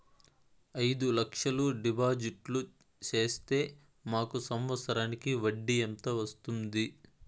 అయిదు లక్షలు డిపాజిట్లు సేస్తే మాకు సంవత్సరానికి వడ్డీ ఎంత వస్తుంది?